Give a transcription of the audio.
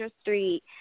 street